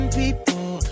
people